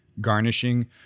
garnishing